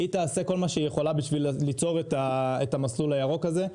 היא תעשה כל מה שהיא יכולה בשביל ליצור את המסלול הירוק הזה.